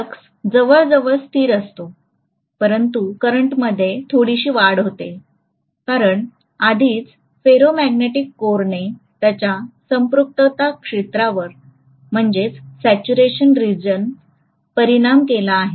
flux जवळजवळ स्थिर असतो परंतु करंटमध्ये थोडीशी वाढ होत आहे कारण आधीच फेरोमॅग्नेटिक कोररावर पोचणार आहे आणि त्यानंतर कदाचित ते देखील कमी ने त्याच्या संपृक्तता क्षेत्रावर परिणाम केला आहे